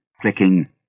clicking